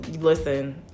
listen